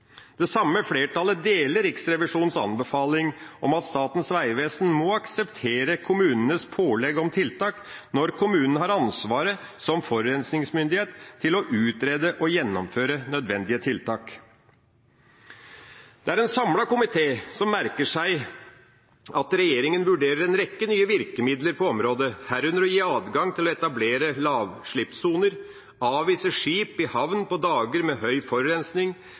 Det samme flertallet deler Riksrevisjonens anbefaling om at Statens vegvesen må akseptere kommunenes pålegg om tiltak når kommunen har ansvaret, som forurensningsmyndighet, til å utrede og gjennomføre nødvendige tiltak. Det er en samlet komité som merker seg at regjeringa vurderer en rekke nye virkemidler på området, herunder å gi adgang til å etablere lavutslippssoner, avvise skip i havn på dager med høy forurensning,